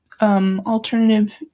alternative